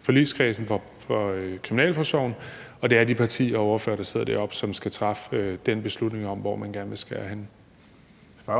forligskredsen vedrørende kriminalforsorgen, og det er de partier og ordførere, der sidder der, som skal træffe den beslutning om, hvor man gerne vil skære henne. Kl. 14:32